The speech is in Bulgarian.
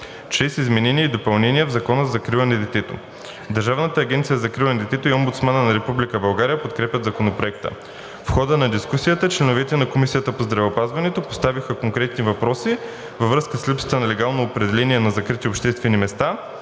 изменения и допълнения в Закона за закрила на детето. Държавната агенция за закрила на детето и Омбудсманът на Република България подкрепят Законопроекта. В хода на дискусията членовете на Комисията по здравеопазването поставиха конкретни въпроси във връзка с липсата на легално определение на „закрити обществени места“